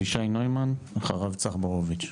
אבישי נוימן ואחריו צח בורוביץ'.